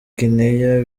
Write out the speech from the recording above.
guinea